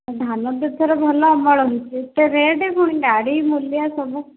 ଧାନ ତ ଏଥର ଭଲ ଅମଳ ହୋଇଛି ଏତେ ରେଟ୍ ପୁଣି ଗାଡ଼ି ମୁଲିଆ ସବୁ